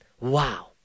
Wow